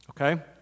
Okay